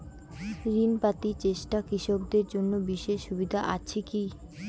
ঋণ পাতি চেষ্টা কৃষকদের জন্য বিশেষ সুবিধা আছি কি?